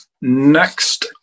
next